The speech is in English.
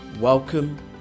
Welcome